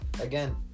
again